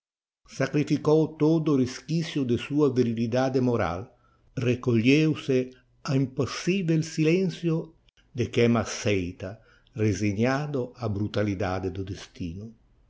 sacrificou todo o resquicio de sua virilidade moral recolheu-se ao impassivel silencio de quem acceita resignado a brutalidade do destino